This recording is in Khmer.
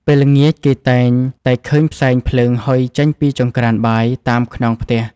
ពេលល្ងាច គេតែងតែឃើញផ្សែងភ្លើងហុយចេញពីចង្រ្កានបាយតាមខ្នងផ្ទះ។